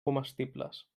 comestibles